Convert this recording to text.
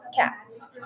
cats